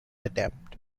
attempt